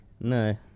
No